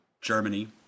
Germany